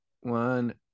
one